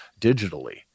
digitally